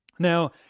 Now